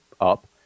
up